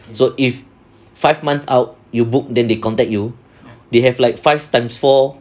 so if five months out you book then they contact you they have like five times four